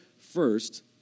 first